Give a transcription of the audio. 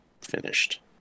finished